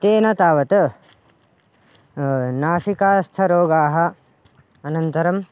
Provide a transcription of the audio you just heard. तेन तावत् नासिकास्थरोगाः अनन्तरं